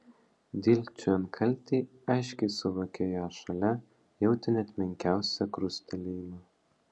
dilgčiojant kaltei aiškiai suvokė ją šalia jautė net menkiausią krustelėjimą